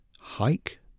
hike